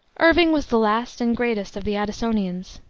irving was the last and greatest of the addisonians.